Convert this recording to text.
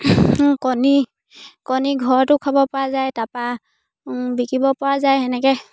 কণী কণী ঘৰতো খাবপৰা যায় তাৰপৰা বিকিবপৰা যায় সেনেকৈ